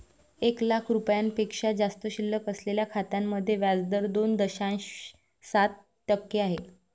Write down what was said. एक लाख रुपयांपेक्षा जास्त शिल्लक असलेल्या खात्यांमध्ये व्याज दर दोन दशांश सात टक्के आहे